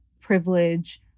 privilege